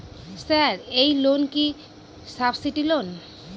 Sir এই loan কি subsidy loan?